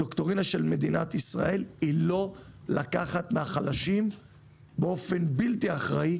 הדוקטרינה של מדינת ישראל היא לא לקחת מהחלשים באופן בלתי אחראי,